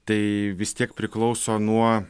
tai vis tiek priklauso nuo